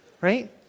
right